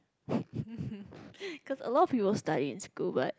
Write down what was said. cause a lot of people study in school but